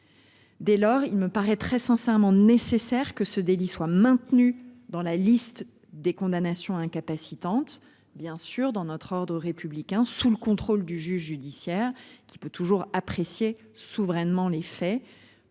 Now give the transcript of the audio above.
Dès lors, il me paraît très sincèrement nécessaire que ce délit soit maintenu dans la liste des condamnations incapacitantes bien sûr dans notre ordre républicain, sous le contrôle du juge judiciaire qui peut toujours appréciée souverainement. Les faits